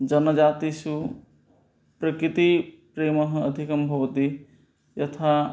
जनजातिषु प्रकृतिप्रेम अधिकं भवति यथा